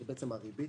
זה בעצם הריבית